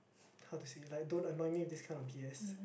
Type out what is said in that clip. how to say like don't annoy me with this kind of B_S